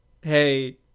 Hey